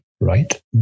Right